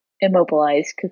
immobilized